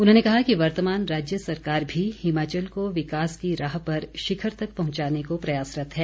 उन्होंने कहा कि वर्तमान राज्य सरकार भी हिमाचल को विकास की राह पर शिखर तक पहुंचाने को प्रयासरत है